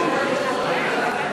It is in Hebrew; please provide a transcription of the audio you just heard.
אנחנו מבקשים הצבעה עכשיו.